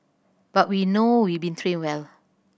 but we know we've been trained well